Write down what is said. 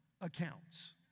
accounts